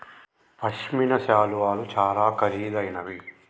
పశ్మిన శాలువాలు చాలా ఖరీదైనవి